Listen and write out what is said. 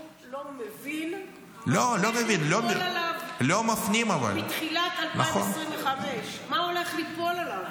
לא מבין מה הולך ליפול עליו מתחילת 2025. מה הולך ליפול עליו.